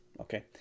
Okay